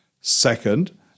Second